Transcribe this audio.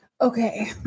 Okay